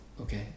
Okay